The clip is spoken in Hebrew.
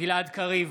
גלעד קריב,